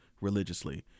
religiously